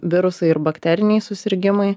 virusai ir bakteriniai susirgimai